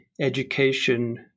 education